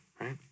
right